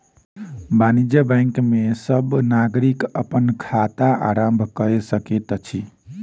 वाणिज्य बैंक में सब नागरिक अपन खाता आरम्भ कय सकैत अछि